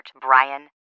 Brian